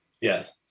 Yes